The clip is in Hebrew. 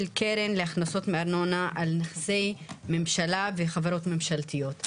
קרן להכנסות מארנונה על נכסי ממשלה וחברות ממשלתיות.